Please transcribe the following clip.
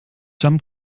some